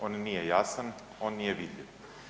On nije jasan, on nije vidljiv.